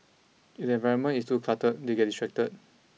if the environment is too cluttered they get distracted